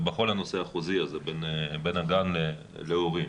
הנושא החוזי הזה בין הגן להורים.